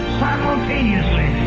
simultaneously